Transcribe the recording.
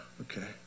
okay